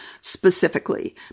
specifically